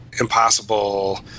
impossible